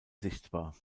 sichtbar